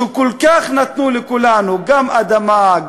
שכל כך נתנו לכולנו: גם אדמה,